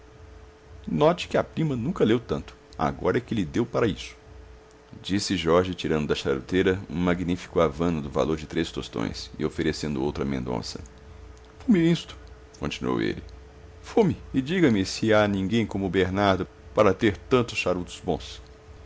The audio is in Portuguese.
note que a prima nunca leu tanto agora é que lhe deu para isso disse jorge tirando da charuteira um magnífico havana do valor de três tostões e oferecendo outro a mendonça fume isto continuou ele fume e diga-me se há ninguém como o bernardo para ter charutos bons